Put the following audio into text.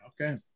Okay